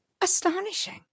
astonishing